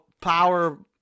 power